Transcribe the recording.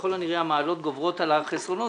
ככל הנראה, המעלות גוברות על החסרונות.